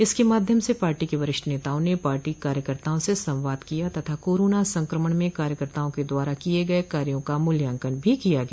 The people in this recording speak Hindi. इसके माध्यम से पार्टी के वरिष्ठ नेताओं ने पार्टी कार्यकर्ताओं से संवाद किया तथा कोरोना संक्रमण में कार्यकर्ताओं के द्वारा किये गये कार्यो का मूल्यांकन भी किया गया